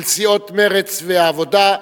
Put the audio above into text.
של סיעות מרצ והעבודה,